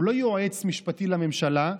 הוא לא יועץ משפטי לממשלה,